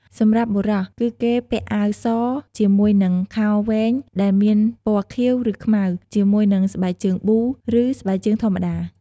សម្រាប់បុរសគឺគេពាក់អាវសជាមួយនិងខោវែងដែលមានពណ៌ខៀវឬខ្មៅ ជាមួយនិងស្បែកជើងប៊ូ ឬស្បែកជើងធម្មតា។